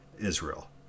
Israel